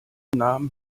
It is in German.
nahm